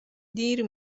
دیر